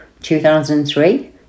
2003